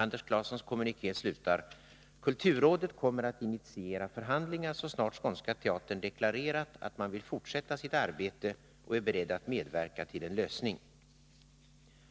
Anders Clasons kommuniké slutar: ”Kulturrådet kommer att initiera förhandlingar så snart Skånska Teatern deklarerat att man vill fortsätta sitt arbete och är beredd att medverka till en lösning.”